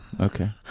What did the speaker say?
okay